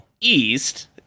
east